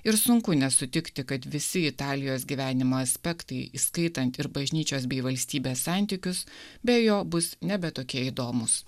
ir sunku nesutikti kad visi italijos gyvenimo aspektai įskaitant ir bažnyčios bei valstybės santykius be jo bus nebe tokie įdomūs